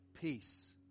peace